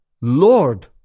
lord